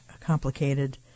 complicated